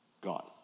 God